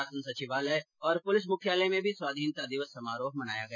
शासन सचिवालय और पुलिस मुख्यालय में भी स्वाधीनता दिवस समारोह मनाया गया